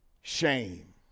Shame